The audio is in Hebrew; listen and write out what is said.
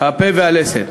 הפה והלסת.